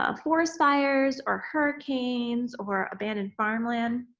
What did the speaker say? ah forest fires or hurricanes or abandoned farmland.